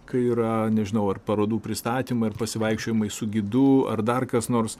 kai yra nežinau ar parodų pristatymai ar pasivaikščiojimai su gidu ar dar kas nors